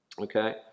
Okay